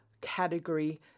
category